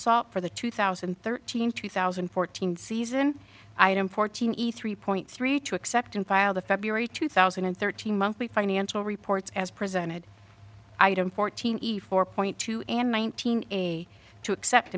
salt for the two thousand and thirteen two thousand and fourteen season item fourteen eat three point three two accept and file the feb two thousand and thirteen monthly financial reports as presented item fourteen eve four point two and nineteen a two except